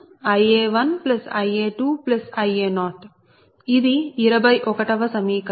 IaIa1Ia2Ia0 ఇది 21 వ సమీకరణం